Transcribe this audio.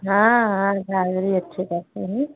हाँ हाँ ड्राईवरी अच्छी करते हैं